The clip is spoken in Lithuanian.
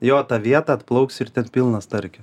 jo tą vietą atplauks ir ten pilna starkių